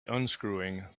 unscrewing